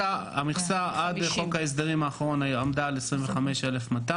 המכסה עד חוק ההסדרים האחרון עמדה על 25,200,